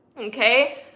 okay